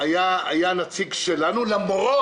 זה החלטה שאתה יכול להוביל בממשלה, לראות